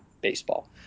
baseball